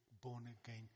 born-again